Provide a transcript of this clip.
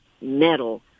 metal